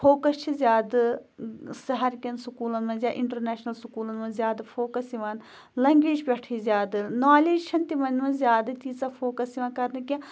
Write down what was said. focus چھِ زیادٕ سہرکٮ۪ن سکوٗلَن منٛز یا اِنٛٹَرنیشنَل سکوٗلَن منٛز زیادٕ فوکَس یِوان لنٛگویج پٮ۪ٹھٕے زیادٕ نالیج چھَنہٕ تِمَن منٛز زیادٕ تیٖژاہ فوکَس یِوان کَرنہٕ کیٚنٛہہ